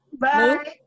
Bye